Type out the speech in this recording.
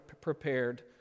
prepared